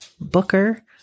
Booker